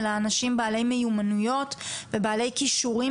אלא אנשים בעלי מיומנויות ובעלי כישורים